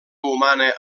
humana